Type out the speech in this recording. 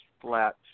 flat